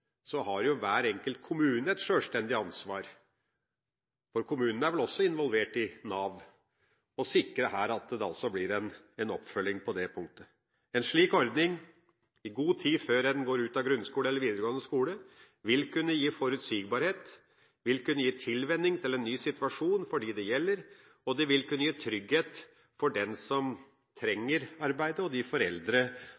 så staten ikke har gjort nok, har jo hver enkelt kommune et selvstendig ansvar – kommunene er også involvert i Nav – og kan sikre at det blir en oppfølging på det punktet. En slik ordning – i god tid før en går ut av grunnskole eller videregående skole – vil kunne gi forutsigbarhet, vil kunne gi tilvenning til en ny situasjon for dem det gjelder, og det vil kunne gi trygghet for den som